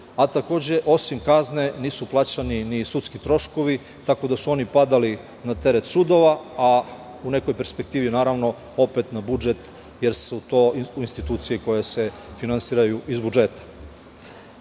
a takođe osim kazne nisu plaćeni ni sudski troškovi, tako da su oni padali teret sudova, a u nekoj perspektivi, naravno, opet na budžet jer su to institucije koje se finansiraju iz budžeta. Ovaj